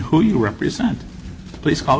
who you represent please call